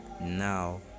now